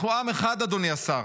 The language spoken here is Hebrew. אנחנו עם אחד, אדוני השר,